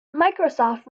microsoft